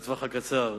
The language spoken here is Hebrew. בטווח הקצר,